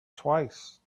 twice